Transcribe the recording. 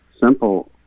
simple